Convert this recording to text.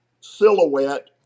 silhouette